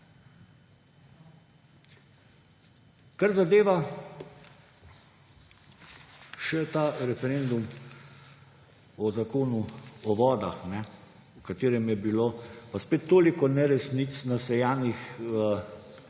Kar zadeva še referendum o Zakonu o vodah, o katerem je bilo spet toliko neresnic nasejanih s